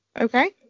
Okay